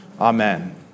amen